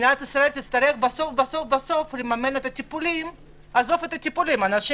מצבם הפיזי והנפשי של אנשים